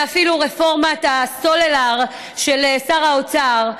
ואפילו רפורמת הסלולר של שר האוצר,